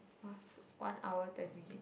was one hour ten minute